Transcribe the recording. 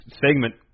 segment